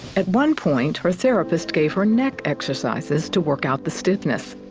at one point her therapist gave her neck exercises to work out the stiffness.